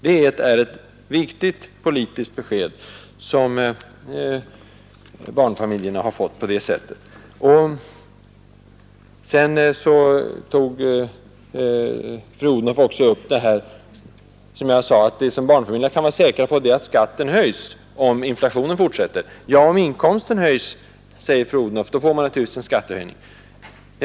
Det är ett viktigt politiskt besked som barnfamiljerna har fått på det sättet. Fru Odhnoff tog också upp mitt uttalande att vad barnfamiljerna kan vara säkra på, det är att skatten höjs om inflationen fortsätter. Ja, om inkomsten höjs, säger fru Odhnoff, får man naturligtvis en skattehöjning.